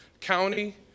county